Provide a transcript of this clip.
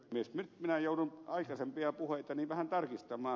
nyt minä joudun aikaisempia puheitani vähän tarkistamaan